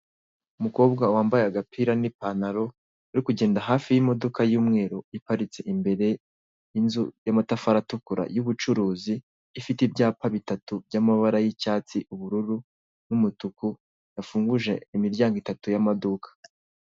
Umukobwa wambaye agapira n'ipantaro uri kugenda hafi y'imodoka y'umweru iparitse imbere y'inzu y'amatafari atukura y'ubucuruzi. Ifite ibyapa bitatu by'amabara y'icyatsi, ubururu n'umutuku, gafunguje miryango itatu y'amaduka.